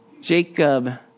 Jacob